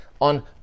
on